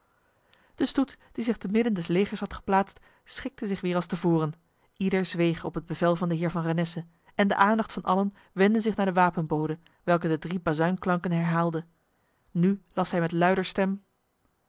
de stoet die zich temidden des legers had geplaatst schikte zich weer als te voren ieder zweeg op het bevel van de heer van renesse en de aandacht van allen wendde zich naar de wapenbode welke de drie bazuinklanken herhaalde nu las hij met luider stem